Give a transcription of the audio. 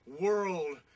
world